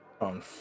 On